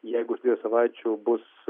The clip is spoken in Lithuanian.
jeigu už dviejų savaičių bus